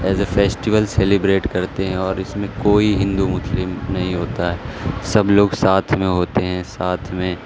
as a festival celebrate کرتے ہیں اور اس میں کوئی ہندو مسلم نہیں ہوتا ہے سب لوگ ساتھ میں ہوتے ہیں ساتھ میں